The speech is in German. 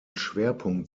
schwerpunkt